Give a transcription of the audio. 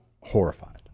horrified